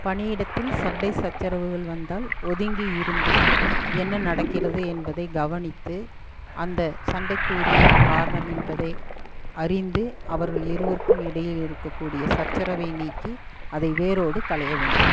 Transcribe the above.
பணியிடத்தில் சண்டை சச்சரவுகள் வந்தால் ஒதுங்கி இருந்து என்ன நடக்கிறது என்பதை கவனித்து அந்த சண்டைக்கு உரிய காரணம் என்பதை அறிந்து அவர்கள் இருவருக்கும் இடையில் இருக்கக்கூடிய சச்சரவை நீக்கி அதை வேரோடு களைய வேண்டும்